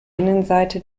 innenseite